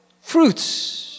Fruits